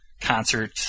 concert